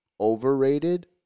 overrated